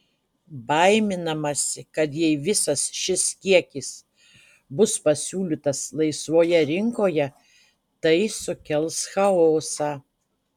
baiminamasi kad jei visas šis kiekis bus pasiūlytas laisvoje rinkoje tai sukels chaosą